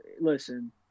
listen